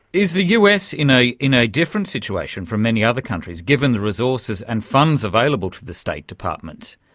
is the us in a in a different situation from many other countries, given the resources and funds available to the state department?